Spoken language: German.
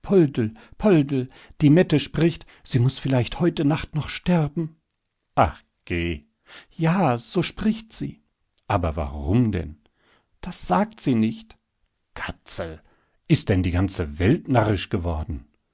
die mette spricht sie muß vielleicht heute nacht noch sterben ah geh ja so spricht sie aber warum denn das sagt sie nicht katzel ist denn die ganze welt narrisch geworden